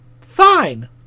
Fine